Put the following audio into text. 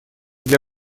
для